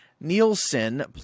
Nielsen